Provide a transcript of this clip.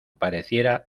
pareciera